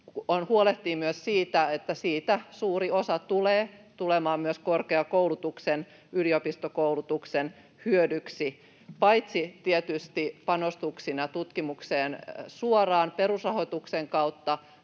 huolehtii, että siitä suuri osa tulee myös korkeakoulutuksen, yliopistokoulutuksen hyödyksi — paitsi tietysti panostuksina tutkimukseen suoraan perusrahoituksen kautta